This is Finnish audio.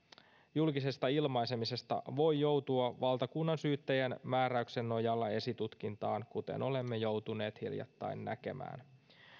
julkisesta ilmaisemisesta voi joutua valtakunnansyyttäjän määräyksen nojalla esitutkintaan kuten olemme joutuneet hiljattain näkemään